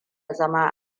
zama